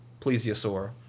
plesiosaur